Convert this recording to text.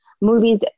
movies